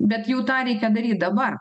bet jau tą reikia daryt dabar